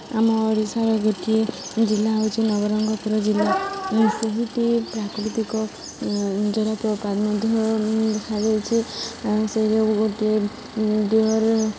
ଆମ ଓଡ଼ିଶାର ଗୋଟିଏ ଜିଲ୍ଲା ହେଉଛି ନବରଙ୍ଗପୁର ଜିଲ୍ଲା ସେଇଠି ପ୍ରାକୃତିକ ଜଳପ୍ରପାତ ମଧ୍ୟ ରହିଛି ସେଇ ଯେଉଁ ଗୋଟିଏ ଡ଼ିଅର୍